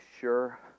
sure